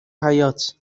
حباط